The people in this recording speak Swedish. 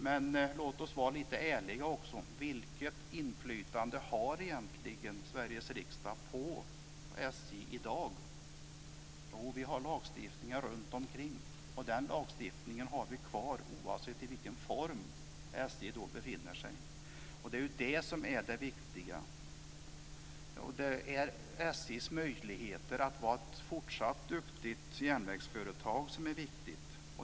Men låt oss vara lite ärliga: Vilket inflytande har egentligen Sveriges riksdag på SJ i dag? Ja, vi har lagstiftningar runtomkring, och den lagstiftningen har vi kvar oavsett vilken form SJ befinner sig i. Det är det som är det viktiga. Det är SJ:s möjligheter att vara ett fortsatt duktigt järnvägsföretag som är viktigt.